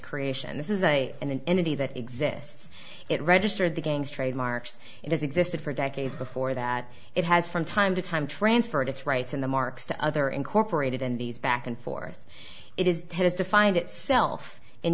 creation this is a in an entity that exists it registered the gangs trademarks it has existed for decades before that it has from time to time transferred its rights in the marks to other incorporated and these back and forth it is has defined itself